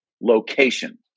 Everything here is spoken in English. location